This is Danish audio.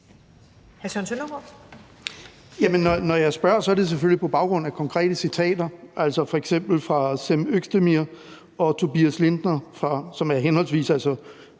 når jeg spørger, er det selvfølgelig på baggrund af konkrete citater, altså f.eks. fra Cem Özdemir og Tobias Lindner. Det er ikke